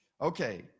Okay